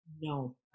no